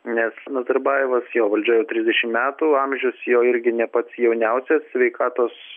nes nazarbajevas jau valdžioje trisdešim metų amžius jo irgi ne pats jauniausias sveikatos